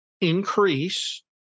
increase